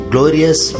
Glorious